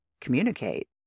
communicate